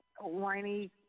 whiny